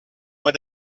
mois